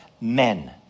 Men